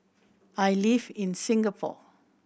I live in Singapore